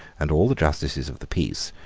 and all the justices of the peace,